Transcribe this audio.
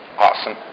Awesome